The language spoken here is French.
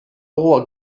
roi